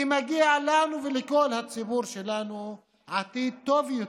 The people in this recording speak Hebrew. כי מגיע לנו ולכל הציבור שלנו עתיד טוב יותר.